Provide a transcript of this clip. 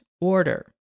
order